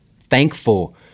thankful